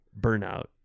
burnout